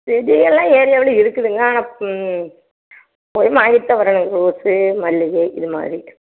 செடி எல்லாம் ஏரியாவில் இருக்குதுங்க ஆனால் போய் வாங்கிட்டு தான் வரணும்ங்க ரோஸு மல்லிகை இது மாதிரி